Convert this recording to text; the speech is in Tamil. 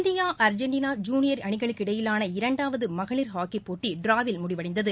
இந்தியா அர்ஜென்டனா ஜூளியர் அணிகளுக்கிடையிலான இரண்டாவது மகளிர் ஹாக்கி போட்டி டிராவில் முடிவடைந்தது